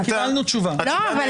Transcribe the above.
אז